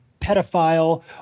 pedophile